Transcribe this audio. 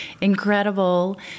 incredible